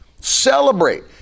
celebrate